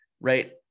right